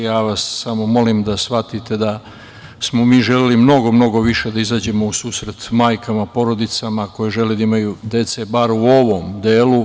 Samo vas molim da shvatite da smo mi želeli mnogo mnogo više da izađemo u susret majkama, porodicama koje žele da imaju dece, bar u ovom delu.